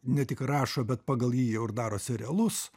ne tik rašo bet pagal jį jau ir daro serialus